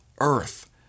earth